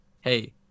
Hey